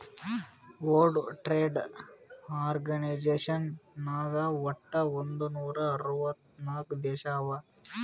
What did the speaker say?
world trade organisation ನಾಗ್ ವಟ್ ಒಂದ್ ನೂರಾ ಅರ್ವತ್ ನಾಕ್ ದೇಶ ಅವಾ